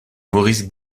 maurice